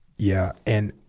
yeah and